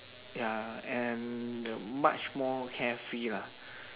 ya and much more carefree lah